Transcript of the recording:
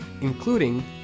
including